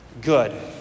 good